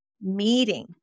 meeting